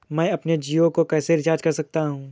मैं अपने जियो को कैसे रिचार्ज कर सकता हूँ?